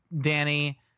Danny